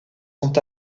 sont